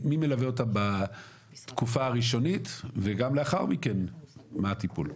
מי מלווה אותם בתקופה הראשונית וגם לאחר מכן מה הטיפול?